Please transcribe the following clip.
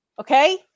Okay